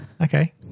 Okay